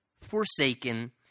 forsaken